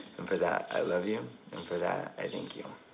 and for that, i love you. and for that, i thank you.